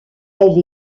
elle